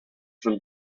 from